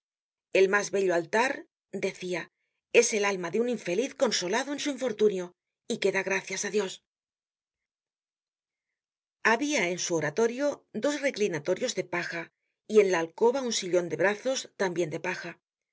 el mas bello altar decia es el alma de un infeliz consolado en su infortunio y que da gracias á dios habia en su oratorio dos reclinatorios de paja y en la alcoba un sillon de brazos tambien de paja